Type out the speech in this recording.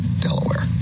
Delaware